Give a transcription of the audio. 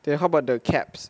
then how about the caps